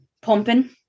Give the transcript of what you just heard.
pumping